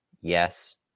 yes